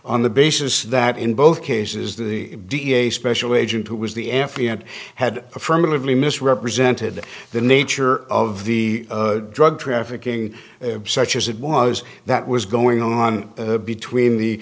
on the basis that in both cases the da special agent who was the f b i had affirmatively misrepresented the nature of the drug trafficking such as it was that was going on between the